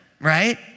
right